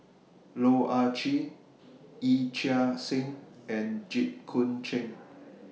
Loh Ah Chee Yee Chia Hsing and Jit Koon Ch'ng